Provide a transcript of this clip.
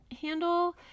handle